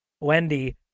Wendy